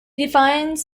defines